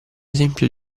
esempio